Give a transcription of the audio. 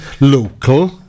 local